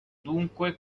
dunque